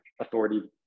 authority